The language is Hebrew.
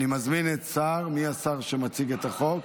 (חופשה מיוחדת לאסיר) (תיקון),